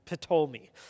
Ptolemy